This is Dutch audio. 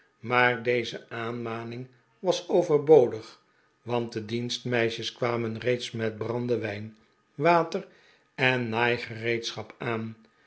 maar deze aanmaning was overbodig want de dienstmeisjes kwamen reeds met brandewijn water en naaigereedschap aan